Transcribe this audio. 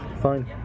fine